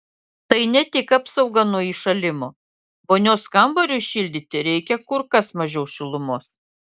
tai ne tik apsauga nuo įšalimo vonios kambariui šildyti reikia kur kas mažiau šilumos